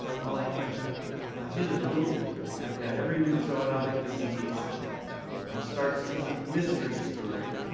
well, i i hinted a little bit at that. every new zoonotic disease starts as a mystery story.